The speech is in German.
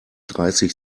dreißig